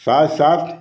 साथ साथ